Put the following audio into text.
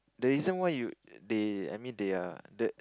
the reason why you they I mean they are